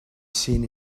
seen